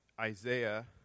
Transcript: Isaiah